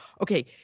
okay